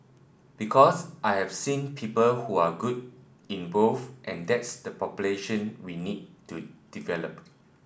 because I've seen people who are good in both and that's the population we need to develop